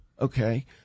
Okay